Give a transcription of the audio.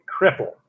Cripple